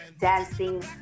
dancing